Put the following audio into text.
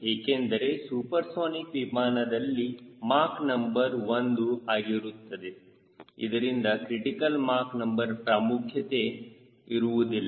ಏಕೆಂದರೆ ಸೂಪರ್ಸೋನಿಕ್ ವಿಮಾನದಲ್ಲಿ Mach number 1 ಆಗಿರುತ್ತದೆ ಇದರಿಂದ ಕ್ರಿಟಿಕಲ್ ಮಾಕ್ ನಂಬರ್ ಪ್ರಾಮುಖ್ಯತೆ ಇರುವುದಿಲ್ಲ